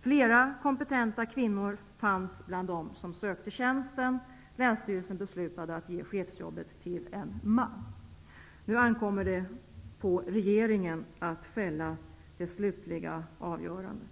Flera kompetenta kvinnor fanns bland dem som sökte tjänsten. Länsstyrelsen beslutade att ge chefsjobbet till en man. Nu ankommer det på regeringen att fälla det slutliga avgörandet.